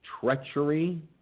Treachery